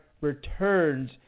returns